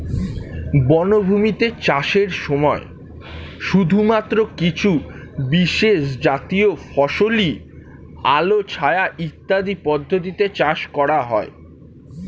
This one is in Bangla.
বনভূমিতে চাষের সময় শুধুমাত্র কিছু বিশেষজাতীয় ফসলই আলো ছায়া ইত্যাদি পদ্ধতিতে চাষ করা হয়